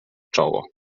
czoło